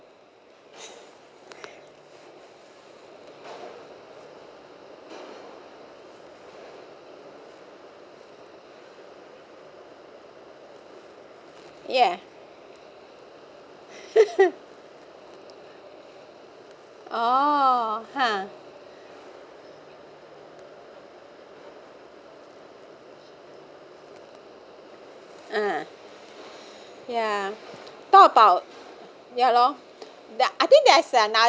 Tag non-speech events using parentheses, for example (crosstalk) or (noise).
yeah (laughs) oh !huh! uh ya talk about ya loh that I think there's